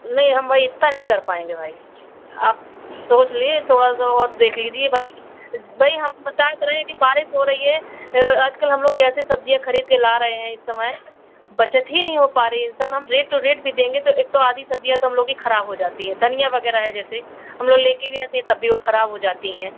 नहीं हम भाई इतना नहीं कर पाएंगे भाई आप सोच लें थोड़ा सा और देख लीजिए भाई भाई हम बता तो रहे हैं कि बारिश हो रही है आज कल हम लोग कैसे सब्ज़ियाँ ख़रीद कर ला रहे हैं इस समय बचत ही नहीं हो पा रही इंसान हम रेट टू रेट भी देंगे आधी सब्ज़ियाँ तो हम लोग की ख़राब हो जाती है धनिया वग़ैरह हैं जैसे हम लोग लेकर भी आते हैं तब भी वे ख़राब हो जाती हैं